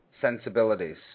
sensibilities